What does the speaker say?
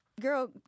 girl